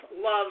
love